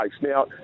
Now